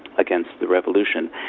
against the revolution,